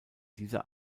dieser